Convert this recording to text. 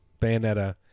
Bayonetta